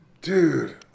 Dude